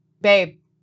babe